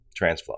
Transflow